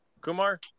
Kumar